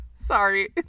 Sorry